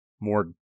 more